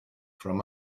from